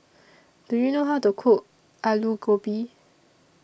Do YOU know How to Cook Alu Gobi